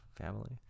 family